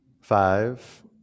Five